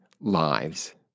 lives